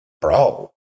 bro